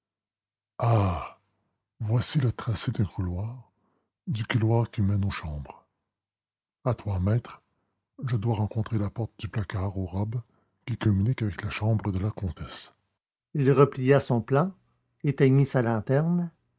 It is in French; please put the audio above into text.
voici le tracé d'un couloir du couloir qui mène aux chambres à trois mètres je dois rencontrer la porte du placard aux robes qui communique avec la chambre de la comtesse il replia son plan éteignit sa lanterne